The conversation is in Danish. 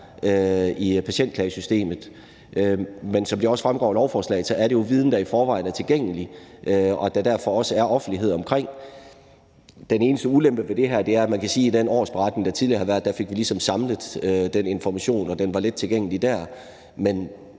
i patientklagesystemet. Men som det fremgår af lovforslaget, er det jo viden, der i forvejen er tilgængelig, og som der derfor også er offentlighed omkring. Den eneste ulempe ved det her er, at man kan sige, at med den årsberetning, der tidligere har været, fik vi ligesom samlet den information, og den var let tilgængeligt der. Men